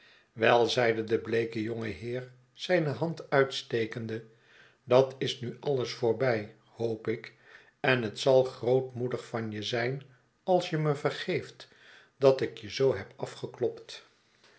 wel zeide de bleeke jonge heer zijne hand uitstekende dat is nu alles voorbij hoop ik en het zal grootmoedig van je zijn als je me vergeeft dat ik je zoo heb afgeklopt